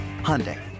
Hyundai